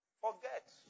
Forget